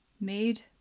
made